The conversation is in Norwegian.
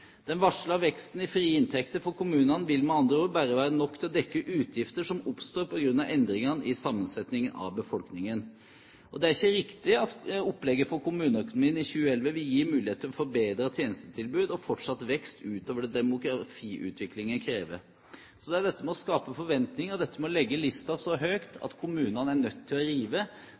Den varslede veksten i frie inntekter for kommunene vil med andre ord bare være nok til å dekke utgifter som oppstår på grunn av endringene i sammensetningen av befolkningen. Det er ikke riktig at opplegget for kommuneøkonomien i 2011 vil gi mulighet til forbedret tjenestetilbud og fortsatt vekst utover det demografiutviklingen krever. Så det er dette med å skape forventninger, dette med å legge listen så høyt at kommunene er nødt til å rive,